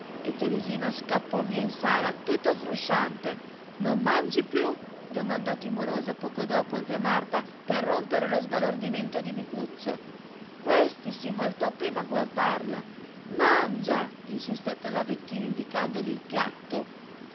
e teresina scappò via in sala tutta frusciante non mangi piú domandò timorosa poco dopo zia marta per rompere lo sbalordimento di micuccio questi si voltò appena a guardarla mangia insistette la vecchina indicandogli il piatto